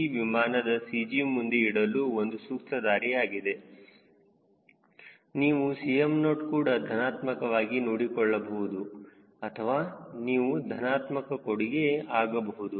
c ವಿಮಾನದ CG ಮುಂದೆ ಇಡಲು ಒಂದು ಸೂಕ್ತ ದಾರಿ ಇದೆ ನೀವು Cm0 ಕೂಡ ಧನಾತ್ಮಕವಾಗಿ ನೋಡಿಕೊಳ್ಳಬಹುದು ಅಥವಾ ನಿಮ್ಮ ಧನಾತ್ಮಕ ಕೊಡುಗೆ ಆಗಬಹುದು